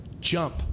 jump